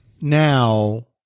Now